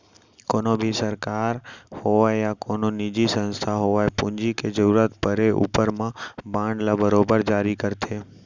कोनों भी सरकार होवय या कोनो निजी संस्था होवय पूंजी के जरूरत परे ऊपर म बांड ल बरोबर जारी करथे